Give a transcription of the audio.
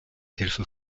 hilfe